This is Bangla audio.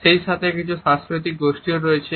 সেইসাথে কিছু সাংস্কৃতিক গোষ্ঠী রয়েছে